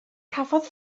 cafodd